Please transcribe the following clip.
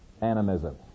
animism